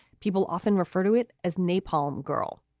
people often refer to it as napalm girl